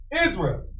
Israel